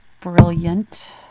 brilliant